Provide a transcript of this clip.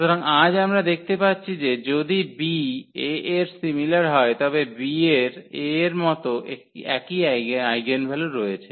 সুতরাং আজ আমরা দেখতে পাচ্ছি যে যদি B A এর সিমিলার হয় তবে B এর A এর মতো একই আইগেনভ্যালু রয়েছে